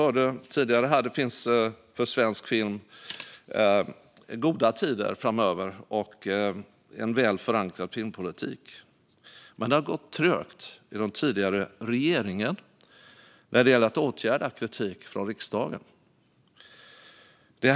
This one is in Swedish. Som vi tidigare hörde är det goda tider för svensk film, och filmpolitiken är väl förankrad. För den tidigare regeringen gick det dock trögt att åtgärda kritik från riksdagen.